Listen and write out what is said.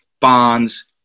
bonds